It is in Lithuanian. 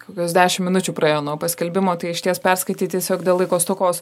kokios dešim minučių praėjo nuo paskelbimo tai išties perskaityti tiesiog dėl laiko stokos